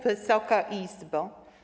Wysoka Izbo!